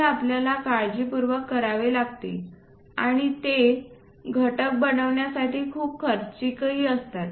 हे आपल्याला काळजीपूर्वक करावे लागते आणि ते घटक बनवण्यासाठी खूप खर्चिक असतात